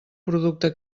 producte